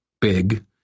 Big